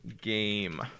game